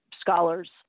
scholars